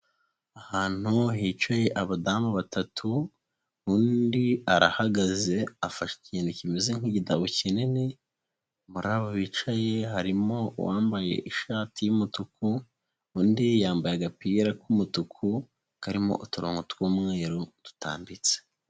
Ahantu hicaye abadamu batatu, undi arahagaze afashe ikintu kimeze nk'igitabo kinini, muri abo bicaye harimo uwambaye ishati y'umutuku, undi yambaye agapira k'umutuku karimo uturongo tw'umweru dutambitse.